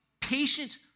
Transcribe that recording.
patient